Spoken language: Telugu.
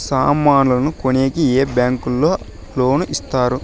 సామాన్లు కొనేకి ఏ బ్యాంకులు లోను ఇస్తారు?